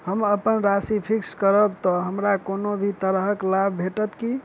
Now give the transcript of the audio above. हम अप्पन राशि फिक्स्ड करब तऽ हमरा कोनो भी तरहक लाभ भेटत की?